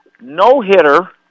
no-hitter